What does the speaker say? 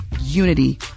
unity